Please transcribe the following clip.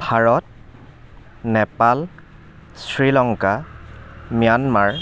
Bharat Nepal Sri Lanka Myanmar